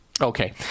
Okay